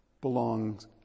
belongs